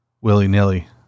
willy-nilly